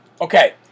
Okay